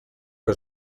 que